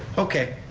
okay,